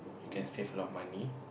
you can save a lot money